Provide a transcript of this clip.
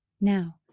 Now